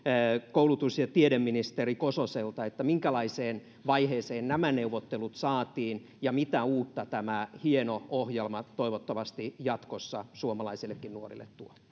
koulutus ja tiedeministeri kososelta minkälaiseen vaiheeseen nämä neuvottelut saatiin ja mitä uutta tämä hieno ohjelma toivottavasti jatkossa suomalaisillekin nuorille tuo